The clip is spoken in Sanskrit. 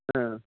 हा